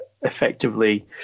effectively